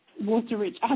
water-rich